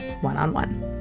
one-on-one